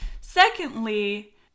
Secondly